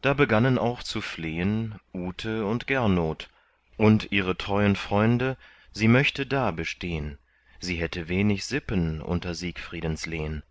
da begannen auch zu flehen ute und gernot und ihre treuen freunde sie möchte da bestehn sie hätte wenig sippen unter siegfriedens lehn